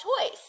choice